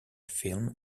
film